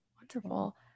Wonderful